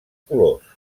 colors